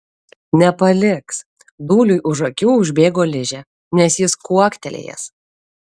nepaliks dūliui už akių užbėgo ližė nes jis kuoktelėjęs